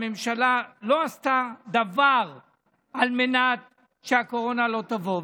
הממשלה לא עשתה דבר על מנת שהקורונה לא תבוא.